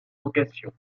vocation